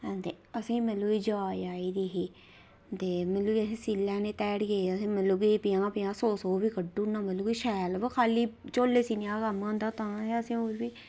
ते असें ई मतलब कि जाच आई दी ही ते मिलियै असें सीऽ लैने ध्याड़ियै मतलब कि सौ सौ दौ सौ दौ सौ कड्ढी ओड़ना शैल मतलब कि खाल्ली झोल्ले सीने दा गै कम्म हा तां बी